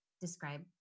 describe